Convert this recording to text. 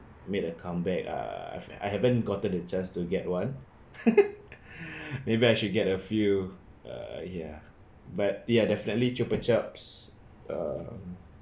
made a comeback ah I've I haven't gotten a chance to get one maybe I should get a few uh ya but ya definitely chupa chups err